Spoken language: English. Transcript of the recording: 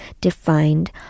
defined